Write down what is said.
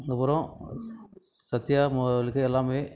அதுக்கப்புறம் சத்யா மொபைலுக்கு எல்லாமே